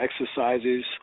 exercises